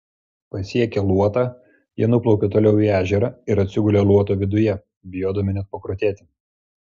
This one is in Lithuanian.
pasiekę luotą jie nuplaukė toliau į ežerą ir atsigulė luoto viduje bijodami net pakrutėti